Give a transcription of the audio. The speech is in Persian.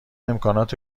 امکانات